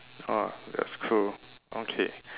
ah that's true okay